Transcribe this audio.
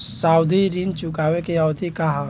सावधि ऋण चुकावे के अवधि का ह?